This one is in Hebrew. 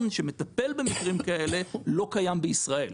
שמטפל במקרים כאלה לא קיים בישראל.